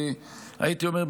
הייתי אומר,